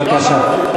בבקשה.